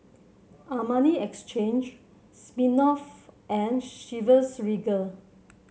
Armani Exchange Smirnoff and Chivas Regal